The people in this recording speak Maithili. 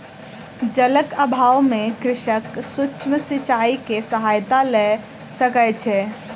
जलक अभाव में कृषक सूक्ष्म सिचाई के सहायता लय सकै छै